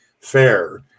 fair